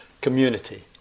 community